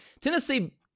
Tennessee